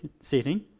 setting